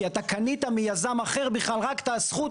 כי אתה קנית מיזם אחר בכלל רק את הזכות.